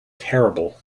terrible